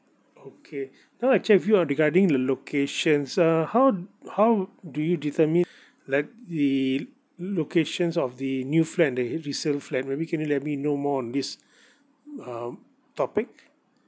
okay I'd like to check with you uh regarding the locations err how how do you determine like the locations of the new flat and the H resale flat maybe can let me know more on this um topic